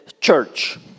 church